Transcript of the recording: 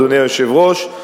אדוני היושב-ראש,